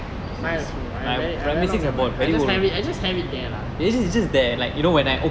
mine also I wear it I very long never wear I just have it there lah